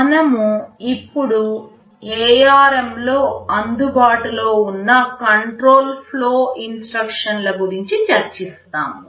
మనము ఇప్పుడు ARM లో అందుబాటులో ఉన్న కంట్రోల్ ఫ్లో ఇన్స్ట్రక్షన్ లుగురించి చర్చిస్తాము